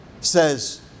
says